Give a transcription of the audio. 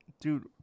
dude